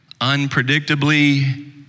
unpredictably